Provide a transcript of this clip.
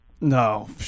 No